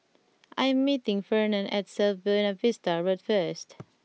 I am meeting Fernand at South Buona Vista Road first